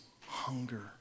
hunger